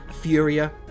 Furia